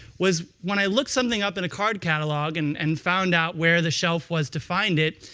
was, when i looked something up in a card catalog and and found out where the shelf was to find it,